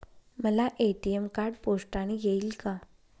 मला ATM card पोस्टाने येईल का?